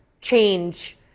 change